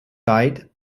died